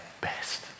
best